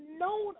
known